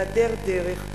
להיעדר דרך.